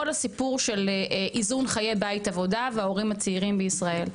הסיפור של איזון חיי בית עבודה וההורים הצעירים בישראל,